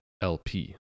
LP